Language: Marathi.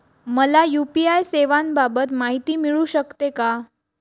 मला यू.पी.आय सेवांबाबत माहिती मिळू शकते का?